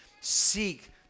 seek